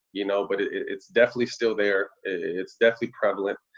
you know, but it's definitely still there. it's definitely prevalent.